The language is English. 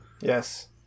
Yes